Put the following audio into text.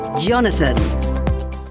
Jonathan